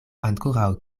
ankoraŭ